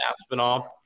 Aspinall